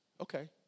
Okay